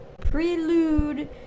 prelude